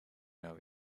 know